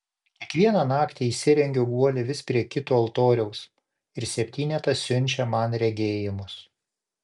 kiekvieną naktį įsirengiu guolį vis prie kito altoriaus ir septynetas siunčia man regėjimus